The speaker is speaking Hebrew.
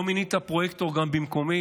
לא מינית פרויקטור במקומי,